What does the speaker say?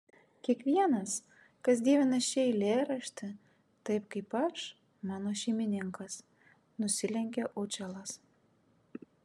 kiekvienas kas dievina šį eilėraštį taip kaip aš mano šeimininkas nusilenkė učelas